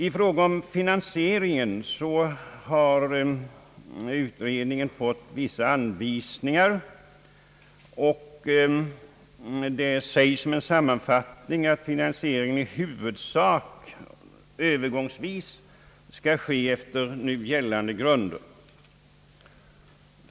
I fråga om finansieringen har utredningen fått vissa anvisningar. Sammanfattningsvis sägs att finansieringen i huvudsak övergångsvis skall ske efter nu gällande grunder.